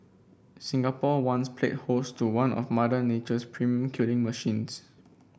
Singapore once played host to one of Mother Nature's premium killing machines